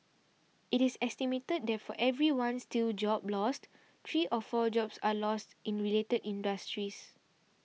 it is estimated that for every one steel job lost three or four jobs are lost in related industries